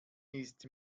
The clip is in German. ist